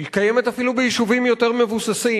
היא קיימת אפילו ביישובים יותר מבוססים.